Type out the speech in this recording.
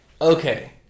okay